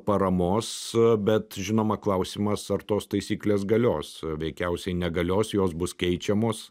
paramos bet žinoma klausimas ar tos taisyklės galios veikiausiai negalios jos bus keičiamos